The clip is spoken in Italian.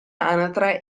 anatre